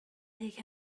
یکی